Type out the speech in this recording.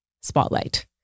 spotlight